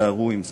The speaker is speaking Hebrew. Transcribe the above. תיזהרו עם זה.